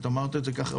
את אמרת את זה כך,